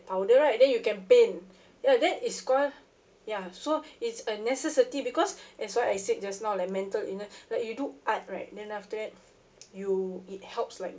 powder right then you can paint ya that is called ya so it's a necessity because that's why I said just now like mental inner like you do art right then after that you it helps like